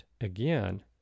again